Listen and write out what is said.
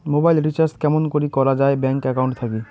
Mobile recharge কেমন করি করা যায় ব্যাংক একাউন্ট থাকি?